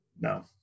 No